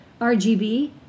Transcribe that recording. rgb